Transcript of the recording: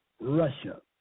Russia